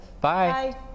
Bye